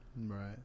Right